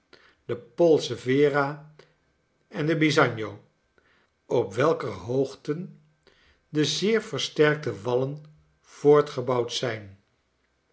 de polcevera en de bizagno op welker hoogten de zeer versterkte wallen voortgebouwd zijn